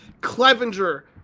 Clevenger